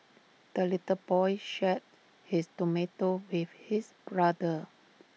the little boy shared his tomato with his brother